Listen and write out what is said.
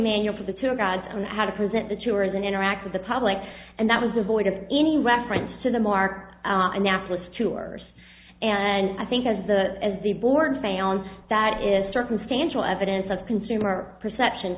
manual for the tour guides on how to present the tours and interact with the public and that was devoid of any reference to the mark annapolis tours and i think as the as the board failed that is circumstantial evidence of consumer perception